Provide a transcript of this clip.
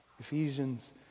Ephesians